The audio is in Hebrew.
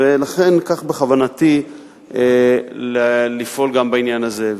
לכן, כך בכוונתי לפעול גם בעניין הזה.